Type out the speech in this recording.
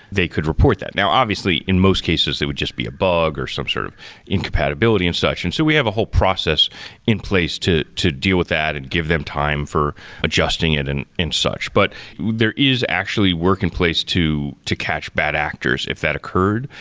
they could report that now obviously in most cases it would just be a bug, or some sort of incompatibility and such. and so we have a whole process in place to to deal with that and give them time for adjusting it and such. but there is actually work in place to to catch bad actors if that occurred.